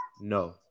No